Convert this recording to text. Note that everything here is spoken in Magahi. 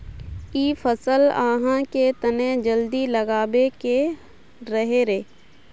इ फसल आहाँ के तने जल्दी लागबे के रहे रे?